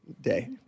day